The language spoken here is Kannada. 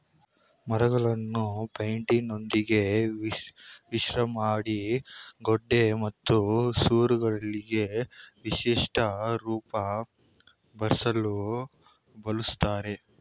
ಮರಳನ್ನು ಪೈಂಟಿನೊಂದಿಗೆ ಮಿಶ್ರಮಾಡಿ ಗೋಡೆ ಮತ್ತು ಸೂರುಗಳಿಗೆ ವಿಶಿಷ್ಟ ರೂಪ ಬರ್ಸಲು ಬಳುಸ್ತರೆ